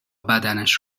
بدنش